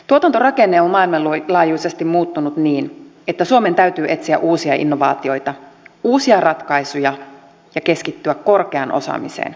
tuotantorakenne on maailmanlaajuisesti muuttunut niin että suomen täytyy etsiä uusia innovaatioita uusia ratkaisuja ja keskittyä korkeaan osaamiseen